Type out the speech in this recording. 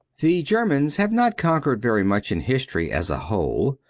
the germans have not conquered very much in history as a whole.